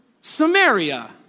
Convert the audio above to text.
Samaria